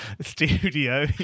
studio